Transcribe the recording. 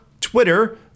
Twitter